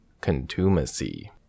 contumacy